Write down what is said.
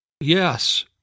Yes